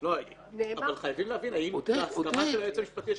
אבל חייבים להבין לפי מה ישקול היועץ המשפטי,